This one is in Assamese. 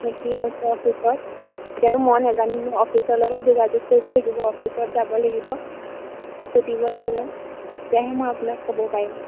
যে কি হৈছে অফিচত এতিয়াতো মই নেজানিম অফিচৰ লগত যোগাযোগ কৰিব লাগিব অফিচত যাব লাগিব সুধিব লাগিব তেতিয়াহে মই আপোনাক ক'ব পাৰিম